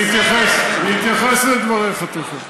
אני אתייחס לדבריך תכף.